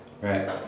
right